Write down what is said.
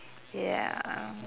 ya